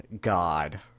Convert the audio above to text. God